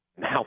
Now